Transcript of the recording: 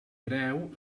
hereu